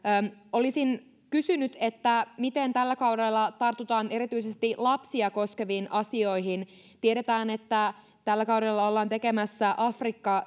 olisin kysynyt miten tällä kaudella tartutaan erityisesti lapsia koskeviin asioihin tiedetään että tällä kaudella ollaan tekemässä afrikka